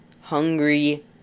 hungry